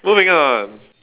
moving on